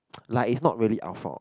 like it's not really our fault